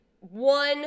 one